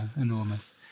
enormous